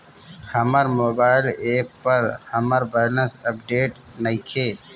हमर mobile app पर हमर बैलेंस अपडेट नइखे